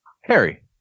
Harry